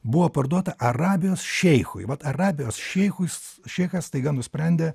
buvo parduota arabijos šeichui vat arabijos šeichus šeichas staiga nusprendė